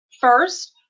First